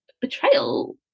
betrayal